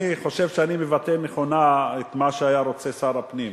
אני חושב שאני מבטא נכונה את מה שהיה רוצה שר הפנים.